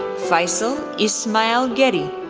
faisal ismail gedi,